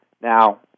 Now